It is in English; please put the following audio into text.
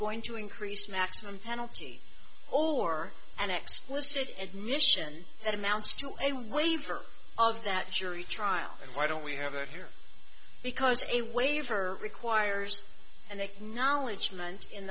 going to increase maximum penalty or an explicit admission that amounts to a waiver of that jury trial and why don't we have it here because a waive her requires an acknowledgement in